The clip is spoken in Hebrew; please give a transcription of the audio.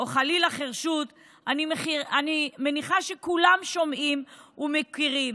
או חלילה חירשות, אני מניחה שכולם שומעים ומכירים,